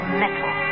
metal